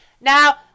Now